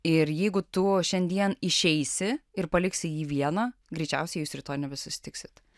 ir jeigu tu šiandien išeisi ir paliksi jį vieną greičiausiai jūs rytoj nebesusitiksit